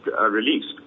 released